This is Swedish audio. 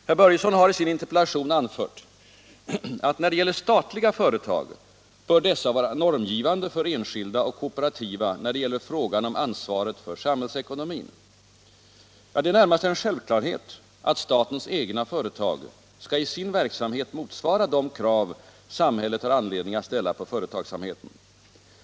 Herr Börjesson har i sin interpellation anfört att statliga företag bör ”vara normgivande för enskilda och kooperativa när det gäller frågan om ansvaret för samhällsekonomin”. Det är närmast en självklarhet att statens egna företag skall i sin verksamhet motsvara de krav samhället har anledning att ställa på företagsamheten.